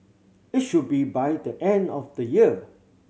it should be by the end of the year